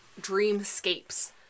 dreamscapes